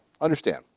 understand